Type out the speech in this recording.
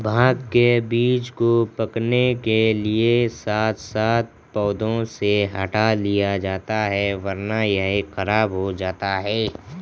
भांग के बीजों को पकने के साथ साथ पौधों से हटा लिया जाता है वरना यह खराब हो जाता है